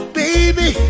baby